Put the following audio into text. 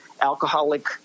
alcoholic